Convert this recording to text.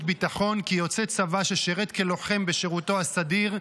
ביטחון כי יוצא צבא ששירת כלוחם בשירותו הסדיר,